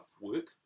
work